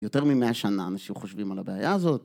יותר ממאה שנה אנשים חושבים על הבעיה הזאת.